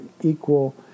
equal